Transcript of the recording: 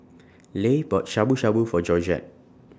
Leigh bought Shabu Shabu For Georgette